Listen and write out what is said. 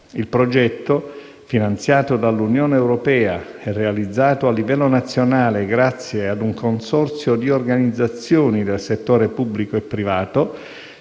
Il progetto, finanziato dall'Unione europea e realizzato a livello nazionale grazie a un consorzio di organizzazioni del settore pubblico e privato,